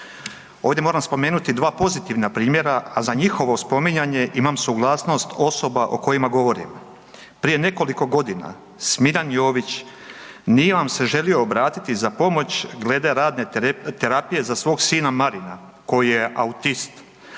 Ovdje moram spomenuti dva pozitivna primjera, a za njihovo spominjanje imam suglasnost osoba o kojima govorim. Prije nekoliko godina Smiljan Jović nije vam se želio obratiti za pomoć glede radne terapije za svog sina Marina koji je autist,